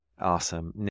Awesome